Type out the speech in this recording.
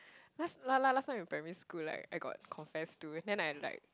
last la~ la~ last time in primary school like I got confessed to then I like